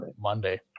Monday